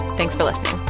thanks for listening